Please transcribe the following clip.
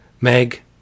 meg